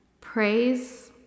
praise